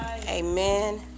Amen